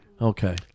Okay